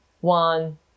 one